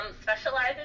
specializes